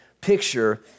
picture